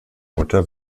mutter